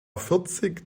vierzig